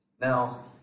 Now